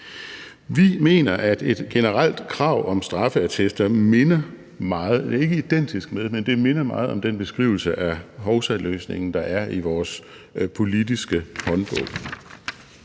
Vi mener, at et generelt krav om straffeattester ikke er identisk med, men minder meget om den beskrivelse af hovsaløsningen, der er i vores politiske håndbog.